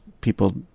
people